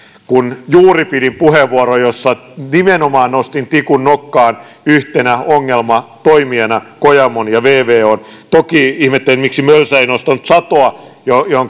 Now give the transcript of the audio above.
kun juuri käytin puheenvuoron jossa nimenomaan nostin tikun nokkaan yhtenä ongelmatoimijana kojamon ja vvon toki ihmettelen miksi mölsä ei nostanut satoa